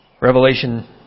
Revelation